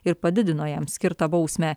ir padidino jam skirtą bausmę